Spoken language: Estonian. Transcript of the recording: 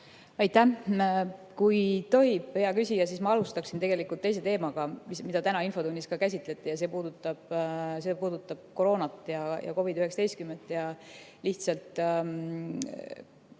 Aitäh! Kui tohib, hea küsija, siis ma alustaksin tegelikult teise teemaga, mida täna infotunnis ka käsitleti. See puudutab koroonat ja COVID-19. Lugesin